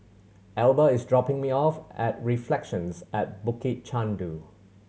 Elba is dropping me off at Reflections at Bukit Chandu